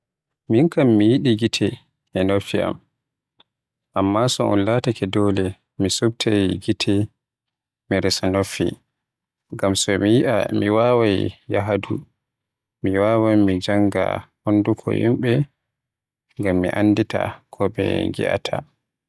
Min kam mi yiɗi gite e noffi am. Amma so un laatake dole mi suftay gite, mi resa noffi, ngam so mi yi'a mi wawai mi haydu, mi wawan mi jannga hunduko yimɓe, ngam mi anndita ko ɓe ngiyaata.